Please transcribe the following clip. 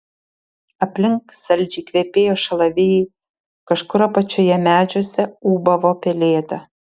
aplink saldžiai kvepėjo šalavijai kažkur apačioje medžiuose ūbavo pelėda